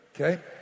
okay